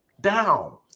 down